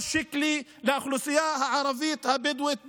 שיקלי לאוכלוסייה הערבית הבדואית בנגב.